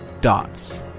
dots